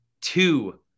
Two